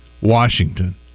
Washington